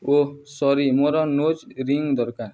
ଓଃ sorry ମୋର nose ring ଦରକାର